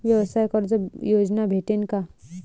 व्यवसाय कर्ज योजना भेटेन का?